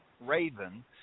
raven